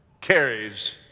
carries